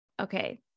Okay